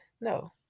no